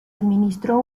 administró